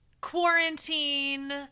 quarantine